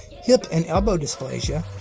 hip and elbow dysplasia,